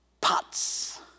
Pots